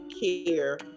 care